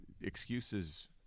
excuses